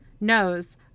knows